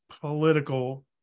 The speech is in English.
political